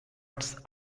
its